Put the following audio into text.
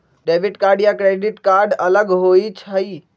Debit card या credit card अलग होईछ ई?